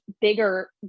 bigger